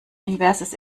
inverses